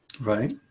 Right